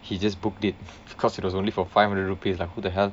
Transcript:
he just booked it because it was only for five hundred rupees like who the hell